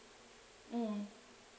mm